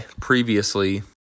previously